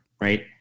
right